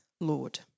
Lord